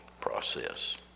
process